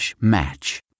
match